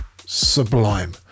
sublime